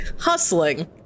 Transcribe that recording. Hustling